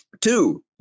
Two